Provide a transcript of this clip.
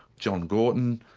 john gorton,